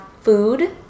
food